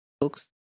Books